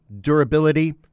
durability